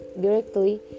directly